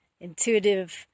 intuitive